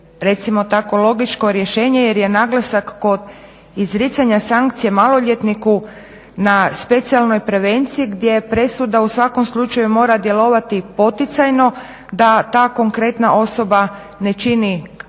recimo tako logičko rješenje jer je naglasak kod izricanja sankcije maloljetniku na specijalnoj prevenciji gdje presuda u svakom slučaju mora djelovati poticajno da ta konkretna osoba ne čini dalje